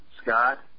Scott